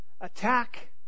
attack